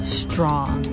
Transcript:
strong